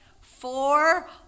four